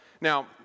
Now